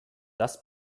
das